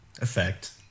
effect